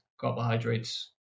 carbohydrates